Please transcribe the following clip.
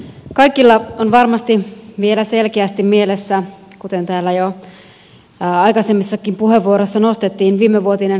kaikilla on varmasti vielä selkeästi mielessä kuten täällä jo aikaisemmissakin puheenvuoroissa nostettiin viimevuotinen hevoslihakohu